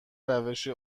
روش